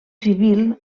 civil